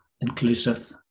inclusive